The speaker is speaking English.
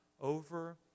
over